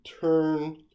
turn